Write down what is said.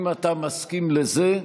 אם אתה מסכים לזה,